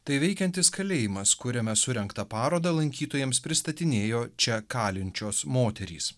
tai veikiantis kalėjimas kuriame surengtą parodą lankytojams pristatinėjo čia kalinčios moterys